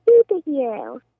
superhero